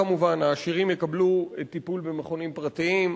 כמובן: העשירים יקבלו טיפול במכונים פרטיים,